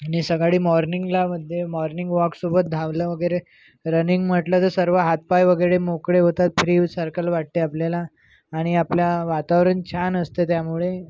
नि सकाळेए मॉर्निंगलामध्ये मॉर्निंग वॉकसोबत धावलं वगैरे रनिंग म्हटलं तर सर्व हातपाय वगैरे मोकळे होतात फ्री हू सारखालं वाटते आपल्याला आणि आपला वातावरण छान असतं त्यामुळे